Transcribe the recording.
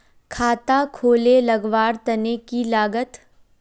खाता खोले लगवार तने की लागत?